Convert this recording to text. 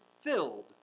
filled